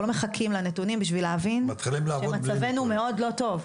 אנחנו לא מחכים לנתונים על מנת להבין שמצבנו מאוד לא טוב.